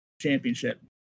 championship